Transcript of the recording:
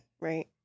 Right